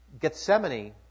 Gethsemane